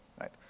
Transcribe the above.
right